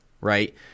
right